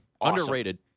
Underrated